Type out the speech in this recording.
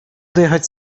dojechać